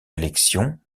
élection